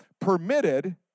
permitted